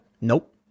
Nope